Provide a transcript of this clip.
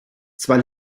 zwar